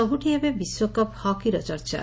ସବ୍ଠି ଏବେ ବିଶ୍ୱକପ୍ ହକିର ଚର୍ଚା